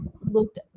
looked